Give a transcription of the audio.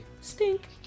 stink